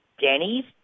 Denny's